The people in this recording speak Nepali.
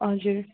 हजुर